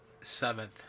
Seventh